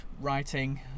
writing